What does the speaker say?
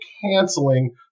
canceling